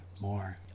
more